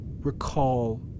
recall